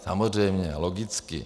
Samozřejmě, logicky.